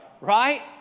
right